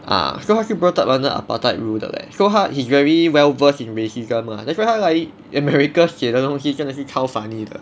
ah so 他是 brought up under apartheid rule 的 leh so 他 he's very well versed in racism lah that's why 他来 america 写的东西真的是超 funny 的